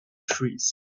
trees